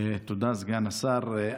תודה, סגן השר.